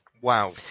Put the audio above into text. Wow